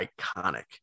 iconic